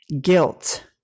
guilt